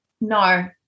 No